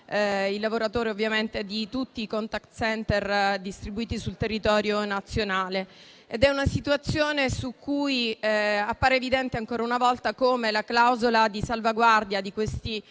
i lavoratori di tutti i *contact center* distribuiti sul territorio nazionale. È una situazione in cui appare evidente, ancora una volta, come la clausola di salvaguardia di tali